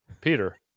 Peter